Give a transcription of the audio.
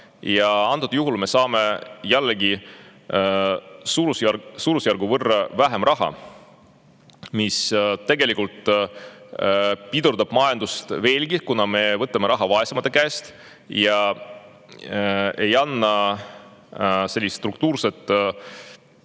ja antud juhul me saame jällegi suurusjärgu võrra vähem raha. See tegelikult pidurdab majandust veelgi, kuna me võtame raha vaesemate käest. Struktuurset